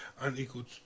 unequal